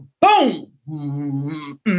boom